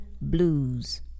blues